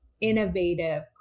innovative